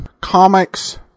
Comics